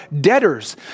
debtors